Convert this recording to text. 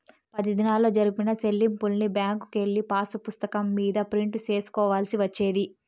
పది దినాల్లో జరిపిన సెల్లింపుల్ని బ్యాంకుకెళ్ళి పాసుపుస్తకం మీద ప్రింట్ సేసుకోవాల్సి వచ్చేది